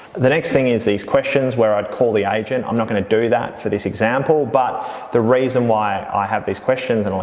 the next thing is these questions where i'd call the agent. i'm not going to do that for this example but the reason why i have these questions, and